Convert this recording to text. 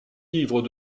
livres